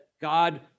God